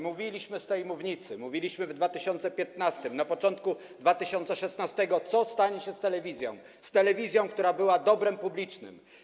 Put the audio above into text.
Mówiliśmy z tej mównicy, mówiliśmy w 2015 r., na początku 2016 r., co stanie się telewizją, z telewizją, która była dobrem publicznym.